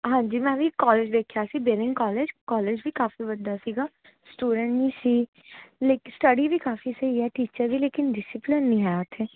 ਹਾਂਜੀ ਮੈਂ ਵੀ ਇੱਕ ਕੋਲੇਜ ਦੇਖਿਆ ਸੀ ਕੋਲੇਜ ਕੋਲੇਜ ਵੀ ਕਾਫੀ ਵੱਡਾ ਸੀਗਾ ਸਟੂਡੈਂਟ ਵੀ ਸੀ ਲੇਕਿਨ ਸਟੱਡੀ ਵੀ ਕਾਫੀ ਸਹੀ ਹੈ ਟੀਚਰ ਵੀ ਲੇਕਿਨ ਡਿਸਿਪਲਨ ਨਹੀਂ ਹੈ ਉੱਥੇ